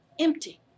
empty